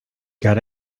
got